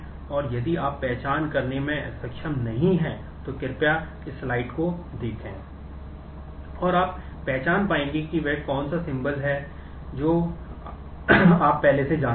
और आप पहचान पाएंगे कि वह कौन सा सिंबल है जो आप पहले से जानते हैं